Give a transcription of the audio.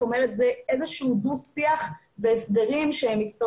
זאת אומרת זה איזה שהוא דו שיח והסדרים שיצטרכו